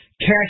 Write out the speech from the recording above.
cash